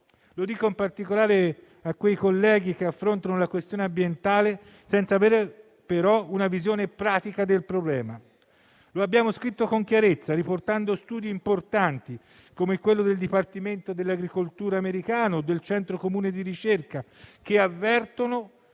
Lo dico in particolare a quei colleghi che affrontano la questione ambientale senza avere però una visione pratica del problema. Lo abbiamo scritto con chiarezza, riportando studi importanti, come quello del Dipartimento dell'agricoltura americano o del Centro comune di ricerca, che avvertono